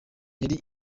yari